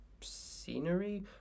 scenery